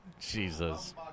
Jesus